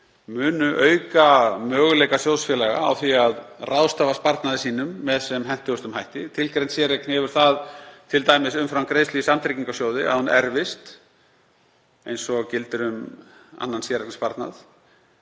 munu auka möguleika sjóðfélaga á því að ráðstafa sparnaði sínum með sem hentugasta hætti. Tilgreind séreign hefur það t.d. umfram greiðslu í samtryggingarsjóði að hún erfist eins og gildir um annan séreignarsparnað